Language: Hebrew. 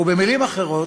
ובמילים אחרות: